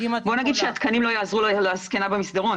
בואי נגיד שהתקנים לא יעזרו לזקנה במסדרון.